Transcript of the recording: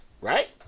Right